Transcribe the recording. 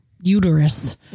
uterus